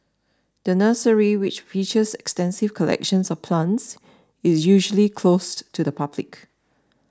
the nursery which features extensive collections of plants is usually closed to the public